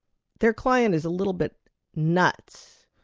their client is a little bit nuts,